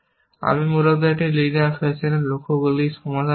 আমি মূলত একটি লিনিয়ার ফ্যাশনে লক্ষ্যগুলি সমাধান করব